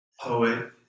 poet